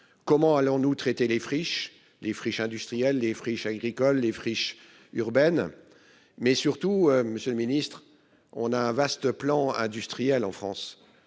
Comment allons-nous traiter les friches des friches industrielles, les friches agricoles les friches urbaines. Mais surtout, Monsieur le Ministre on a un vaste plan industriel en France